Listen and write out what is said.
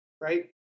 right